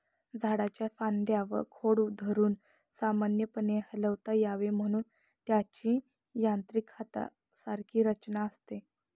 झाडाच्या फांद्या व खोड धरून सामान्यपणे हलवता यावे म्हणून त्याची यांत्रिक हातासारखी रचना असते